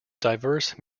diverse